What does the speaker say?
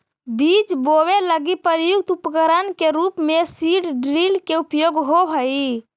बीज बोवे लगी प्रयुक्त उपकरण के रूप में सीड ड्रिल के उपयोग होवऽ हई